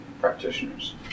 practitioners